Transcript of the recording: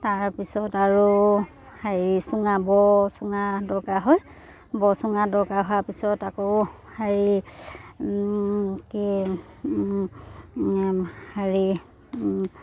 তাৰপিছত আৰু হেৰি চুঙা ব' চুঙা দৰকাৰ হয় ব' চুঙা দৰকাৰ হোৱাৰ পিছত আকৌ হেৰি কি হেৰি